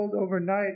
overnight